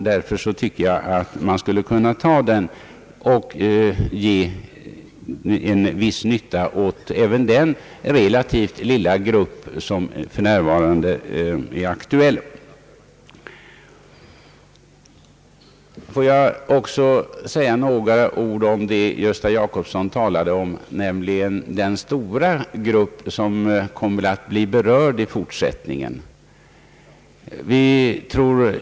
Därför tycker jag att man skulle kunna ta denna kompromiss och låta även den relativt lilla grupp som för närvarande är aktuell få en viss nytta därav. Herr Gösta Jacobsson talade om den stora grupp som kommer att bli berörd i fortsättningen.